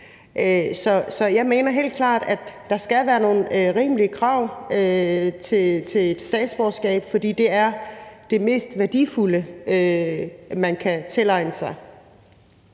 Så jeg mener helt klart, at der skal være nogle rimelige krav til et statsborgerskab, for det er det mest værdifulde, man kan tilegne sig.